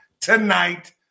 tonight